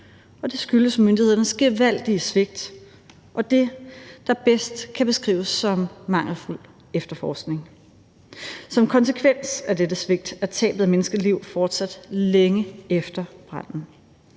det skyldes myndighedernes gevaldige svigt og det, der bedst kan beskrives som mangelfuld efterforskning. Som konsekvens af dette svigt er tabet af menneskeliv fortsat længe efter branden.